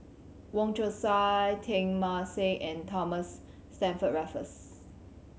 Wong Chong Sai Teng Mah Seng and Thomas Stamford Raffles